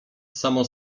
samo